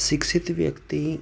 શિક્ષિત વ્યક્તિ